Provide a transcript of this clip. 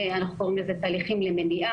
מה שאנחנו קוראים "תהליכים למניעה",